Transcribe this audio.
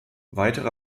weitere